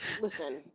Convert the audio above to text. Listen